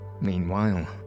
Meanwhile